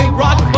rock